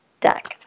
deck